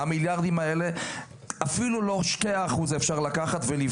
מהמיליארדים האלה אפשר לקחת אפילו לא שני אחוזים ולבנות